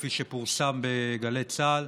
כפי שפורסם הבוקר בגלי צה"ל.